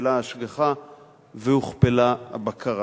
הוכפלה ההשגחה והוכפלה הבקרה.